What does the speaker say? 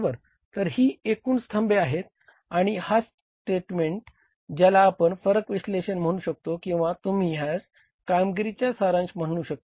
तर ही एकूण स्तंभे आहेत आणि हा स्टेटमेंट ज्याला आपण फरक विश्लेषण म्हणू शकतो किंवा तुम्ही ह्यास कामगिरीच्या सारांश म्हणू शकता